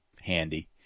handy